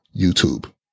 YouTube